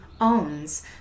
owns